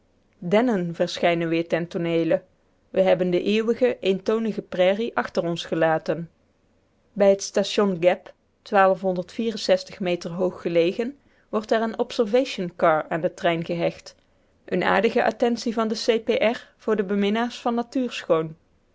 dennen verschijnen weer ten tooneele we hebben de eeuwige eentonige prairie achter ons gelaten bij het station gap meter hoog gelegen wordt er een observation car aan den trein gehecht een aardige attentie van de c p r voor de beminnaars van